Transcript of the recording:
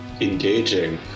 engaging